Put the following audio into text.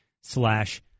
slash